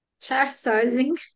chastising